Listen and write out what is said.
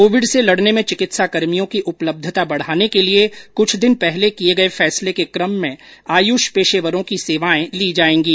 Covid से लडने में चिकित्साकर्मियों की उपलब्धता बढ़ाने के लिए कुछ दिन पहले किए गए फैसले के कम में आयुष पेशेवरों की सेवायें ली जाएंगी